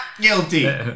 guilty